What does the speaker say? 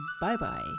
bye-bye